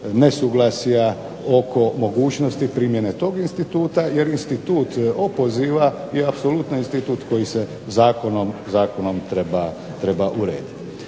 nesuglasja oko mogućnosti primjene tog instituta, jer institut opoziva je apsolutno institut koji se zakonom treba urediti.